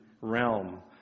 realm